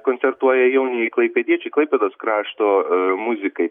koncertuoja jaunieji klaipėdiečiai klaipėdos krašto muzikai